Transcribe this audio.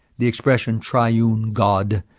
the expression triune god.